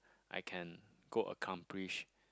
I can go accomplish